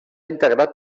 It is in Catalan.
integrat